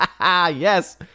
Yes